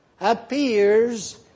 appears